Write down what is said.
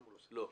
לא.